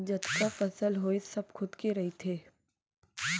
जतका फसल होइस सब खुद के रहिथे